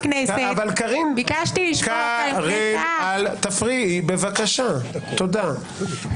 שלארה אל-קאסם זו החלטה פרטנית,